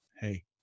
hey